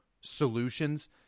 solutions